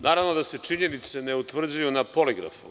Naravno da se činjenice ne utvrđuju na poligrafu.